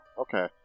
Okay